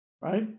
Right